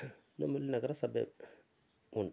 ನಮ್ಮಲ್ಲಿ ನಗರ ಸಭೆ ಉಂಟು